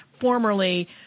formerly